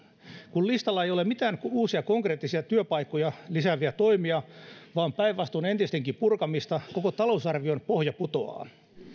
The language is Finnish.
kun listalla ei ole mitään uusia konkreettisia työpaikkoja lisääviä toimia vaan päinvastoin entistenkin purkamista koko talousarvion pohja putoaa